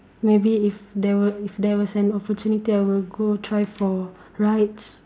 maybe if there were there was an opportunity I will go try for rides